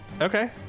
Okay